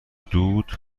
دود